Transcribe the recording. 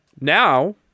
now